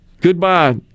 Goodbye